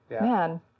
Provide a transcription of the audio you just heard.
man